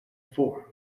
forum